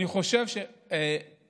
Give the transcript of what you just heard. אני חושב שהמפגינים,